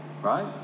right